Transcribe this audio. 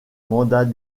mandat